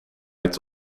het